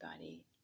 body